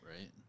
right